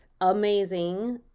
amazing